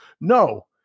No